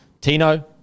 tino